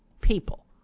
people